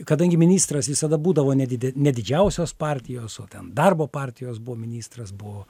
kadangi ministras visada būdavo ne dide ne didžiausios partijos o ten darbo partijos buvo ministras buvo